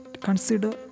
consider